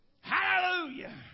Hallelujah